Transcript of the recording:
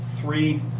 three